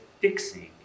fixing